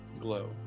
glow